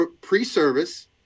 pre-service